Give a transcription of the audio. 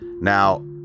Now